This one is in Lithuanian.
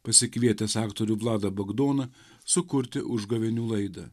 pasikvietęs aktorių vladą bagdoną sukurti užgavėnių laidą